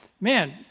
man